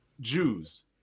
Jews